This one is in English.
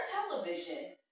television